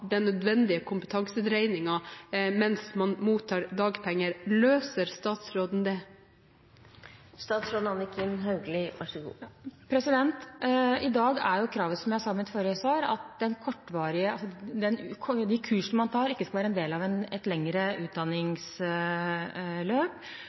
den nødvendige kompetansedreiningen mens han eller hun mottar dagpenger. Løser statsråden det? I dag er kravet, som jeg sa i mitt forrige svar, at de kursene man tar, ikke skal være en del av et lengre